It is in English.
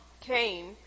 came